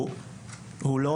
הוא לא